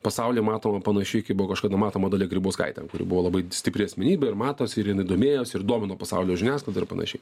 pasaulyje matoma panašiai kaip buvo kažkada matoma dalia grybauskaitė kuri buvo labai stipri asmenybė ir matos ir jinai domėjosi ir domino pasaulio žiniasklaidą ir panašiai